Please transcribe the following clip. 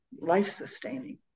life-sustaining